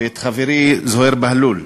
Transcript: ואת חברי זוהיר בהלול.